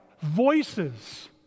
Voices